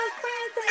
friends